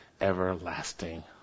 everlasting